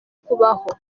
kubaho